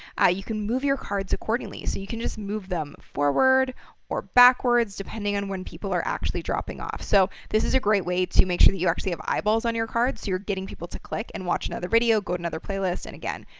ah you can move your cards accordingly. so you can just move them forward or backwards depending on when people are actually dropping off. so this is a great way to make sure that you actually have eyeballs on your cards. so you're getting people to click and watch another video, go to another playlist, and again,